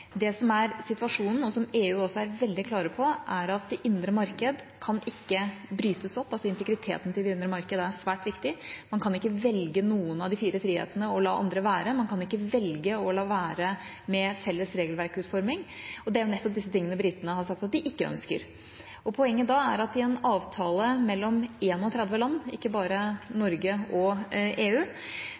Det som er situasjonen, og som EU også er veldig klar på, er at det indre marked kan ikke brytes opp – integriteten til det indre marked er altså svært viktig. Man kan ikke velge noen av de fire frihetene og la andre være, man kan ikke velge å la være med felles regelverkutforming. Og det er nettopp disse tingene britene har sagt at de ikke ønsker. Poenget da er at i en avtale mellom 31 land, ikke bare mellom Norge og EU,